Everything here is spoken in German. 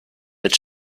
mit